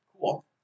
Cool